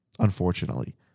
Unfortunately